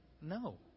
No